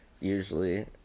usually